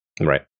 Right